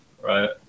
right